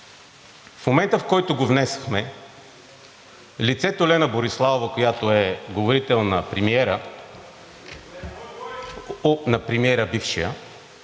В момента, в който го внесохме, лицето Лена Бориславова, която е говорител на премиера (реплика